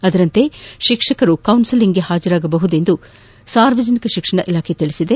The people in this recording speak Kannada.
ಅದರಂತೆ ಶಿಕ್ಷಕರು ಕೌನ್ಸೆಲಿಂಗ್ಗೆ ಹಾಜರಾಗಬಹುದೆಂದು ಸಾರ್ವಜನಿಕ ಶಿಕ್ಷಣ ಇಲಾಖೆ ತಿಳಿಸಿದೆ